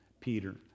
Peter